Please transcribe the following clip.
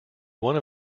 one